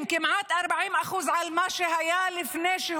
פיקוח ואכיפה על מה שקורה בשטח,